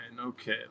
Okay